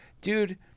Dude